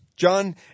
John